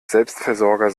selbstversorger